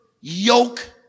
yoke